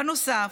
בנוסף,